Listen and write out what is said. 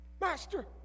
master